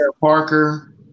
Parker